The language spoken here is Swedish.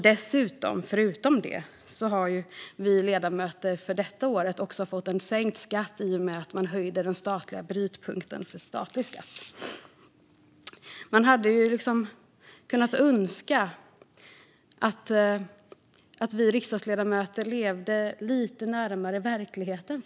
Dessutom har vi ledamöter för detta år också fått sänkt skatt i och med att man höjde brytpunkten för statlig skatt. Man hade kunnat önska att vi riksdagsledamöter levde lite närmare verkligheten.